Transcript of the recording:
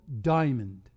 diamond